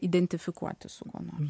identifikuotis su kuo nors